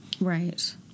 Right